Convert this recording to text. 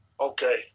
Okay